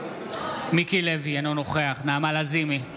מיקי לוי, אינו נוכח נעמה לזימי,